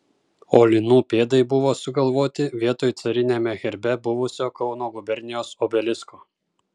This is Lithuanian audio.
o linų pėdai buvo sugalvoti vietoj cariniame herbe buvusio kauno gubernijos obelisko